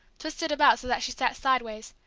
twisted about so that she sat sideways,